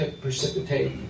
precipitate